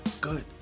good